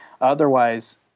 Otherwise